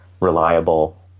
reliable